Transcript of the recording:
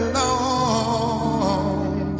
long